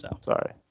Sorry